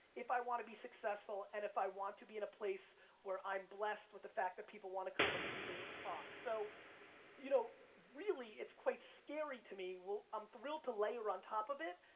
if i want to be successful and if i want to be in a place where i'm blessed with the fact that people want to come and see me talk. so you know really, it's quite scary to me, i'm um thrilled to layer on top of it,